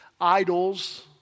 idols